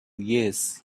yes